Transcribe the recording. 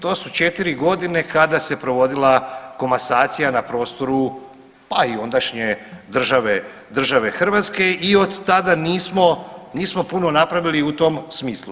To su četiri godine kada se provodila komasacija na prostoru pa i ondašnje države Hrvatske i od tada nismo puno napravili u tom smislu.